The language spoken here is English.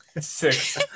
Six